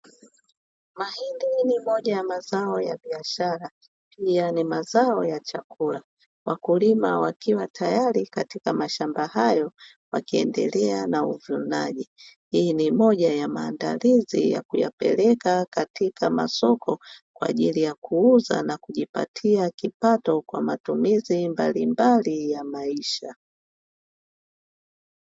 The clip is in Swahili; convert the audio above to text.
Mahindi ni moja ya mazao ya biashara pia ni mazao ya chakula, wakulima wakiwa tayari katika mashamba hayo wakiendelea na uvunaji, hii ni moja ya maandalizi ya kuyapeleka katika masoko kwa ajili ya kuuza na kujipatia kipato kwa matumizi mbalimbali ya maisha.